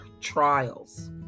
trials